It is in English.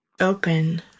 Open